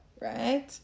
right